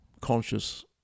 conscious